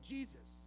Jesus